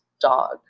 dog